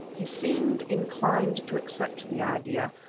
he seemed inclined to accept the idea,